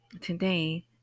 Today